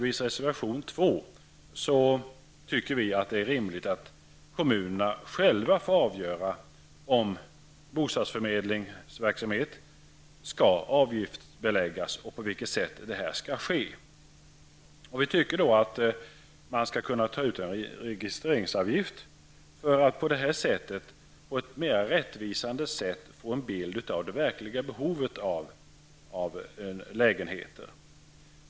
I reservation 2 säger vi att det är rimligt att kommunerna själva får avgöra om bostadsförmedlingsverksamhet skall avgiftsbeläggas och på vilket sätt det skall ske. Vi anser att en registreringsavgift skall kunna tas ut för att på ett mer rättvisande sätt få en bild av de verkliga behoven av lägenheter.